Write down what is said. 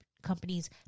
Companies